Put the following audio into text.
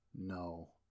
No